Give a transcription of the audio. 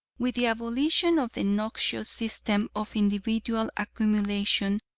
with the abolition of the noxious system of individual accumulation,